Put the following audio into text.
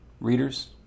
readers